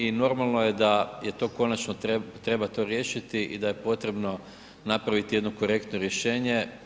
I normalno je da to konačno treba riješiti i da je potrebno napraviti jedno korektno rješenje.